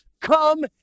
come